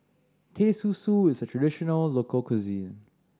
Teh Susu is a traditional local cuisine